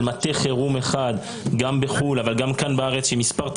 של מטה חירום אחד גם בחו"ל אבל גם כאן בארץ,